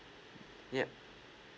yup